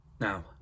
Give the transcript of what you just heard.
Now